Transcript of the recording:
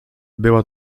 była